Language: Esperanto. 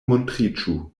montriĝu